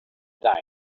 dany